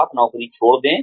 आप नौकरी छोड़ दें